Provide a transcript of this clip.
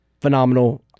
Phenomenal